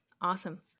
Awesome